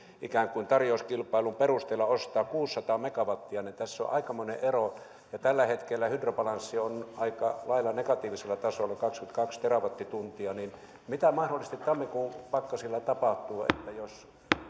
ikään kuin tarjouskilpailun perusteella ostaa kuusisataa megawattia tässä on aikamoinen ero ja tällä hetkellä hydrobalanssi on aika lailla negatiivisella tasolla kaksikymmentäkaksi terawattituntia mitä mahdollisesti tammikuun pakkasilla tapahtuu jos